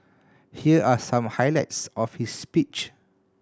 here are some highlights of his speech